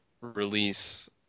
release